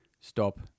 stop